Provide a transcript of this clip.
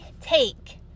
take